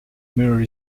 mirror